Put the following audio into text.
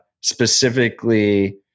specifically